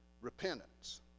repentance